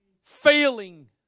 Failing